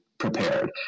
prepared